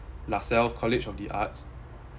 lasalle college of the arts